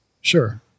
Sure